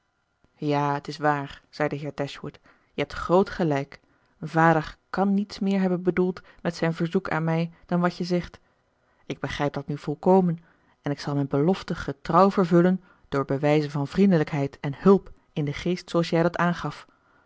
ja t is waar zei de heer dashwood je hebt groot gelijk vader kan niets meer hebben bedoeld met zijn verzoek aan mij dan wat je zegt ik begrijp dat nu volkomen en ik zal mijn belofte getrouw vervullen door bewijzen van vriendelijkheid en hulp in den geest zooals jij dat aangaf